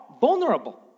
vulnerable